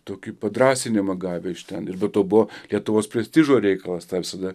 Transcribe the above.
tokį padrąsinimą gavę iš ten ir be to buvo lietuvos prestižo reikalas tą visada